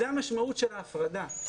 זאת המשמעות של ההפרדה.